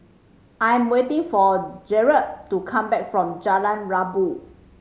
I am waiting for Jerod to come back from Jalan Rabu